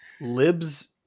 libs